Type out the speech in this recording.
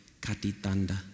Katitanda